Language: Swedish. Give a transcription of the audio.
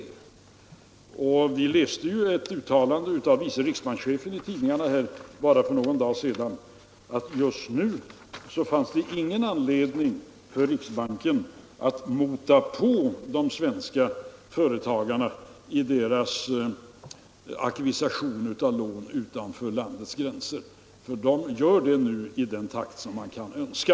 För bara några dagar sedan kunde vi också läsa ett uttalande av vice riksbankschefen att det just nu inte finns någon anledning för riksbanken att mana på de svenska företagarna i deras ackvisition av lån utanför landets gränser, ty de lånar nu i den takt man kan önska.